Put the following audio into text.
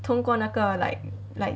通过那个 like like